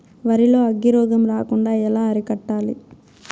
వరి లో అగ్గి రోగం రాకుండా ఎలా అరికట్టాలి?